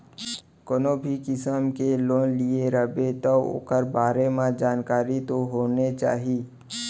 कोनो भी किसम के लोन लिये रबे तौ ओकर बारे म जानकारी तो होने चाही